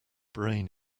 brain